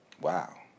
Wow